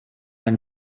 ein